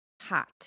hot